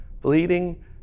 bleeding